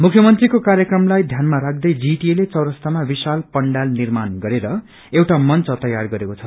मुख्य मंत्रीको कार्यक्रमलाई ध्यानमा राख्दै जीटिए ले चौरास्तामा विशल पण्डाल निर्माण गरेर एउटा मंचच तैयार गरेको छ